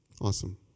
Awesome